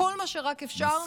כל מה שרק אפשר,